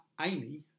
Amy